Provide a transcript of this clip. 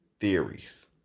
theories